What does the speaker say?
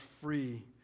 free